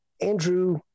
Andrew